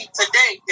today